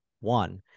one